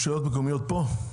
נציג הרשויות המקומיות פה?